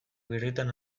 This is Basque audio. birritan